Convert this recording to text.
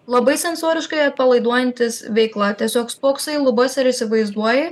labai sensoriškai atpalaiduojantis veikla tiesiog spoksai į lubas ir įsivaizduoji